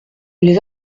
les